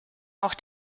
auch